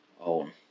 own